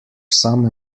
some